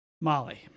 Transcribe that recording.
Molly